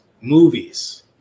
movies